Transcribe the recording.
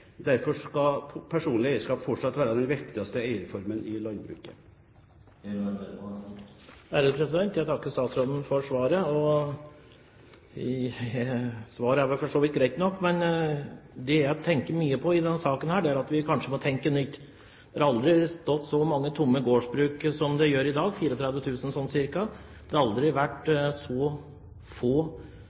Derfor skal personlig eierskap fortsatt være den viktigste eierformen i landbruket. Jeg takker statsråden for svaret. Svaret er vel for så vidt greit nok, men det jeg tenker mye på i denne saken, er at vi kanskje må tenke nytt. Det har aldri vært så mange gårdsbruk som står tomme som i dag, ca. 34 000, det har aldri vært så få